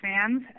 fans